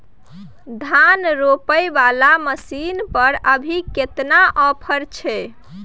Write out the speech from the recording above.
धान रोपय वाला मसीन पर अभी केतना ऑफर छै?